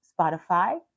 Spotify